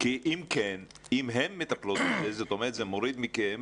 כי אם כן, אם הן מטפלות בזה, זה מוריד מכם